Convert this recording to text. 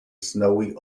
snowy